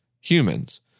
humans